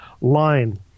line